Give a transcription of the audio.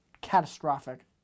catastrophic